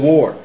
War